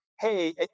Hey